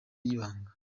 y’ibanga